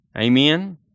Amen